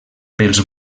pels